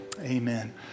Amen